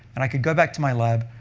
and i could go back to my lab.